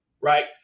right